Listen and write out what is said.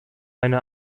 eine